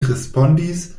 respondis